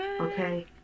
Okay